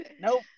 Nope